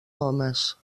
homes